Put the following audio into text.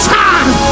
time